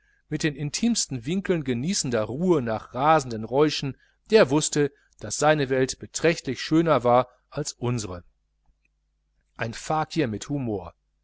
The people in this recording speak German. mit den intimsten winkeln genießender ruhe nach rasenden räuschen der wußte daß seine welt beträchtlich schöner war als unsere ein fakir mit humor